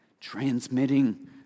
Transmitting